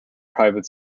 private